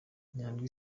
nyandwi